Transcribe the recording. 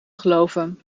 geloven